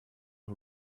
who